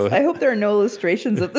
i hope there are no illustrations of the